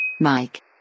Mike